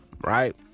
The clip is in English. right